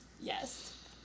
yes